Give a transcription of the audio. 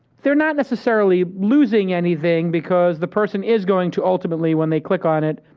they're not necessarily losing anything, because the person is going to, ultimately, when they click on it,